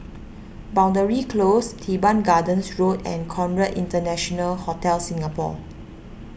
Boundary Close Teban Gardens Road and Conrad International Hotel Singapore